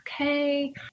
okay